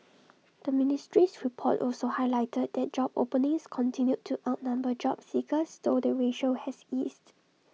the ministry's report also highlighted that job openings continued to outnumber job seekers though the ratio has eased